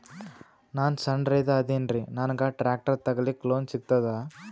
ನಾನ್ ಸಣ್ ರೈತ ಅದೇನೀರಿ ನನಗ ಟ್ಟ್ರ್ಯಾಕ್ಟರಿ ತಗಲಿಕ ಲೋನ್ ಸಿಗತದ?